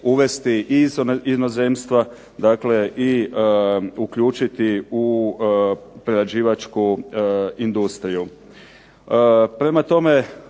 uvesti i iz inozemstva, dakle i uključiti u prerađivačku industriju.